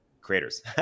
creators